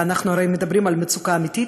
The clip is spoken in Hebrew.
ואנחנו הרי מדברים על מצוקה אמיתית,